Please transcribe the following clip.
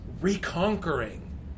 reconquering